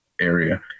area